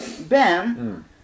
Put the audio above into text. Ben